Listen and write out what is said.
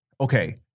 okay